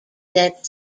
that